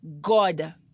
God